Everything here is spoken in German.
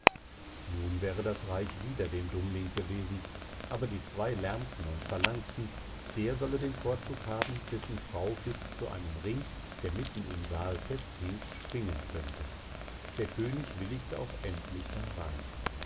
nun wäre das reich wieder dem dummling gewesen aber die zwei lärmten und verlangten der sollte den vorzug haben dessen frau bis zu einem ring der mitten im saal festhing springen könnte der könig willigte auch endlich darein